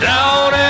Down